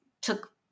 took